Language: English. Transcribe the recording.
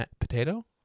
potato